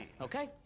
Okay